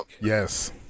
Yes